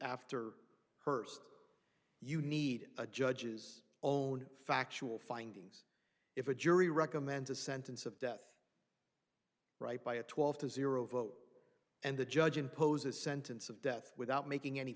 after her st you need a judge's own factual findings if a jury recommends a sentence of death right by a twelve dollars to zero vote and the judge impose a sentence of death without making any